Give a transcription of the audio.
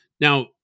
Now